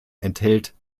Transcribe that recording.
enthält